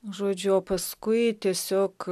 žodžiu o paskui tiesiog